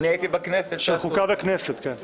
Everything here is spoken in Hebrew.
אני הייתי בכנסת --- של חוקה וכנסת, כן.